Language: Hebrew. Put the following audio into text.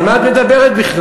על מה את מדברת בכלל?